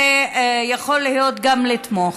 ויכול להיות שגם לתמוך.